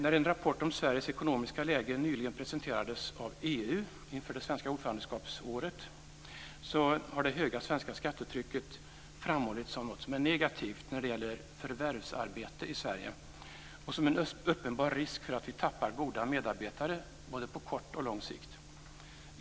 När en rapport om Sveriges ekonomiska läge nyligen presenterades av EU inför det svenska ordförandeskapshalvåret har det höga svenska skattetrycket framhållits som någonting som är negativt när det gäller förvärvsarbete i Sverige. Det finns en uppenbar risk för att vi tappar goda medarbetare, både på kort och lång sikt.